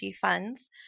funds